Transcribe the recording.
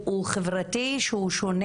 ואני מכירה את הסיפור,